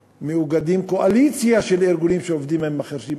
מאוגדים, קואליציה של ארגונים שעובדים עם החירשים.